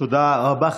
תודה רבה.